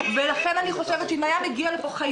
לכן אני חושבת שאם חיזר